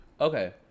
Okay